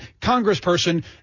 Congressperson